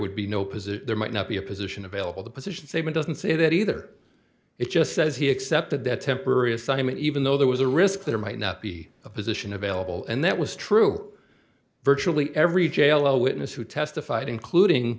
would be no position there might not be a position available the position statement doesn't say that either it just says he accepted that temporary assignment even though there was a risk there might not be a position available and that was true virtually every jail witness who testified including